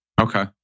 Okay